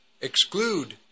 Exclude